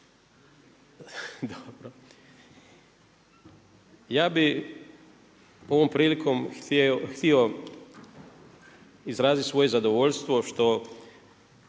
Ja bih ovom prilikom htio izraziti svoje zadovoljstvo što